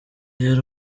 yari